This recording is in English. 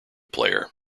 player